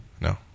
No